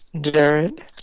Jared